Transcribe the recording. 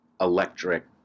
electric